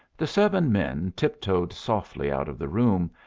the seven men tiptoed softly out of the room,